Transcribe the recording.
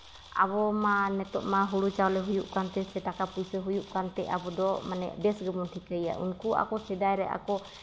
ᱟᱵᱚ ᱢᱟ ᱱᱤᱛᱳᱜ ᱢᱟ ᱦᱩᱲᱩ ᱪᱟᱣᱞᱮ ᱦᱩᱭᱩᱜ ᱠᱟᱱᱛᱮ ᱥᱮ ᱴᱟᱠᱟ ᱯᱩᱭᱥᱟᱹ ᱦᱩᱭᱩᱜ ᱠᱟᱱᱛᱮ ᱟᱵᱚ ᱫᱚ ᱢᱟᱱᱮ ᱵᱮᱥ ᱜᱮᱵᱚᱱ ᱴᱷᱤᱠᱟᱹᱭᱟ ᱩᱱᱠᱩ ᱟᱠᱚ ᱥᱮᱫᱟᱭ ᱨᱮ ᱟᱠᱚ